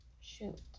shoot